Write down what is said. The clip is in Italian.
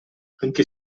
anche